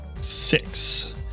Six